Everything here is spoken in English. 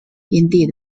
indeed